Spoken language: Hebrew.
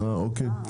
אוקי.